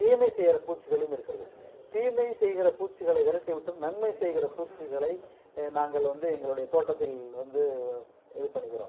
தீமை செய்கிற பூச்சிகளும் இருக்கிறது தீமை செய்கிற பூச்சிகளை விரட்டி விட்டு நன்மை செய்கிற பூச்சிகளை நாங்கள் வந்து எங்களுடைய தோட்டத்தில் வந்து இது பண்ணுகிறோம்